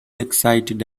excited